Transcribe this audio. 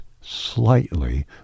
slightly